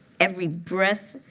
every breath,